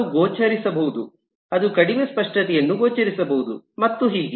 ಅದು ಗೋಚರಿಸಬಹುದು ಅದು ಕಡಿಮೆ ಸ್ಪಷ್ಟವಾಗಿ ಗೋಚರಿಸಬಹುದು ಮತ್ತು ಹೀಗೆ